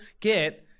get